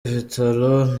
vital’o